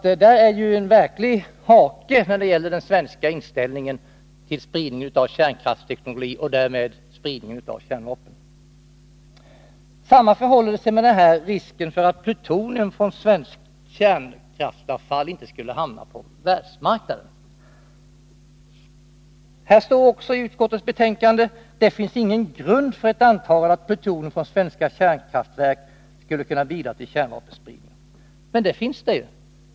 Detta är en verklig hake när det gäller den svenska inställningen till spridning På samma sätt förhåller det sig med risken för att plutonium från svenskt kärnkraftsavfall skall hamna på världsmarknaden. Här står också i utskottets betänkande: Det finns ingen grund för ett antagande att plutonium från svenska kärnkraftverk skulle kunna bidra till kärnvapenspridning. Men det finns det ju.